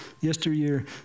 yesteryear